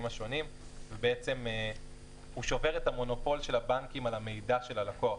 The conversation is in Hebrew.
השונים והוא שובר את המונופול של הבנקים על המידע של הלקוח,